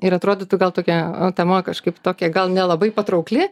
ir atrodytų gal tokia tema kažkaip tokia gal nelabai patraukli